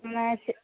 match